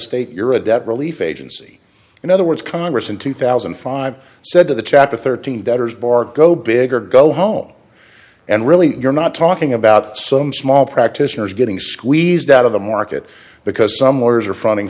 state you're a debt relief agency in other words congress in two thousand and five said to the chapter thirteen debtors bar go big or go home and really you're not talking about some small practitioners getting squeezed out of the market because some workers are funding